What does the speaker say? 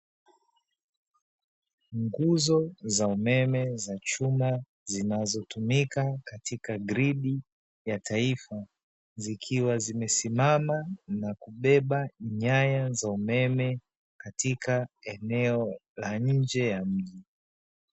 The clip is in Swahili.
Nguzo za umeme za chuma zinazotumika katika gridi ya taifa, zikiwa zimesimama na kubeba nyaya za umeme katika eneo la nje ya mji.